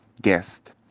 guest